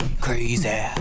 crazy